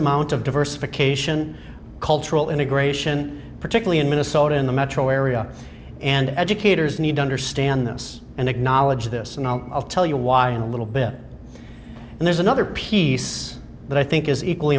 amount of diversification cultural integration particularly in minnesota in the metro area and educators need to understand this and acknowledge this and i'll tell you why in a little bit and there's another piece that i think is equally